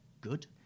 good